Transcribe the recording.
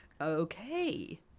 Okay